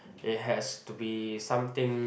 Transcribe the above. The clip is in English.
it has to be something